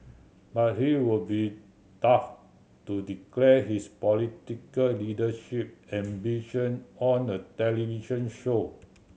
but he would be daft to declare his political leadership ambition on a television show